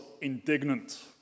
indignant